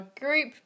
group